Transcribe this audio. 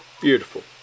Beautiful